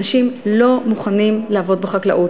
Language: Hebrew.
אנשים לא מוכנים לעבוד בחקלאות.